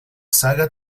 saga